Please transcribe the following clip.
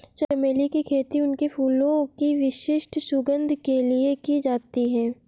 चमेली की खेती उनके फूलों की विशिष्ट सुगंध के लिए की जाती है